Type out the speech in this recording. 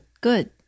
good